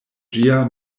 ĝia